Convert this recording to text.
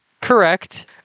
correct